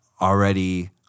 already